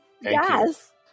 Yes